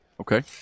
Okay